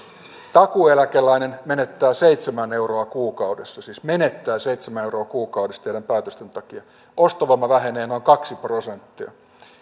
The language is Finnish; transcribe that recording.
takuueläkeläinen menettää seitsemän euroa kuukaudessa siis menettää seitsemän euroa kuukaudessa teidän päätöstenne takia ostovoima vähenee noin kaksi prosenttia